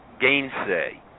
gainsay